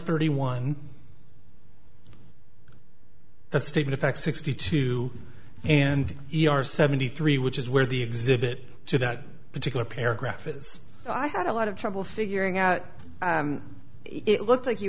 thirty one the statement effect sixty two and you are seventy three which is where the exhibit to that particular paragraph is so i had a lot of trouble figuring out it looked like you